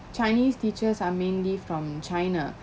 chinese teachers are mainly from china